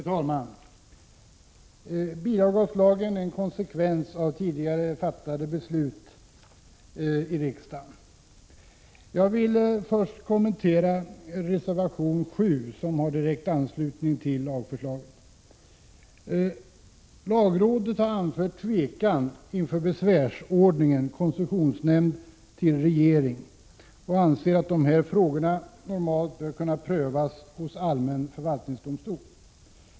Fru talman! Bilavgaslagen är en konsekvens av beslut som riksdagen har fattat tidigare. Jag vill först kommentera reservation 7 som har direkt anslutning till lagförslaget. Lagrådet har anfört tvekan inför besvärsordningen — från koncessionsnämnden till regeringen — och anser att de här frågorna normalt bör kunna prövas hos allmän förvaltningsdomstol.